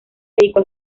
dedicó